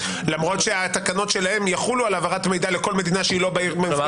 למרות שהתקנות שלהם יחולו על העברת מידע לכל מדינה שהיא לא -- כלומר,